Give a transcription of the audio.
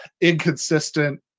inconsistent